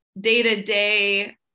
day-to-day